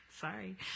Sorry